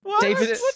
David